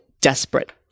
desperate